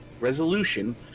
resolution